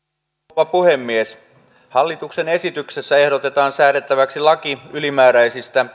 rouva puhemies hallituksen esityksessä ehdotetaan säädettäväksi laki ylimääräisistä